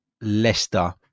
Leicester